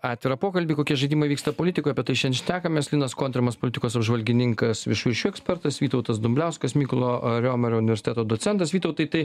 atvirą pokalbį kokie žaidimai vyksta politikoj apie tai šiandien šnekamės linas kontrimas politikos apžvalgininkas viešųjų ryšių ekspertas vytautas dumbliauskas mykolo romerio universiteto docentas vytautai tai